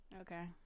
Okay